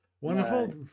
wonderful